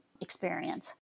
experience